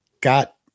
got